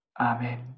Amen